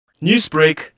Newsbreak